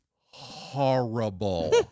horrible